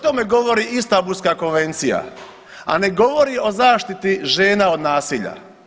tome govori Istambulska konvencija, a ne govori o zaštiti žena od nasilja.